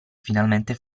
finalmente